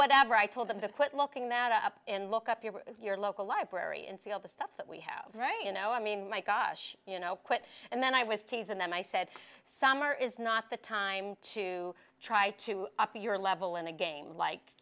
whatever i told them to quit looking that up and look up your your local library and see all the stuff that we have right you know i mean my gosh you know quit and then i was teasing them i said summer is not the time to try to up your level and again like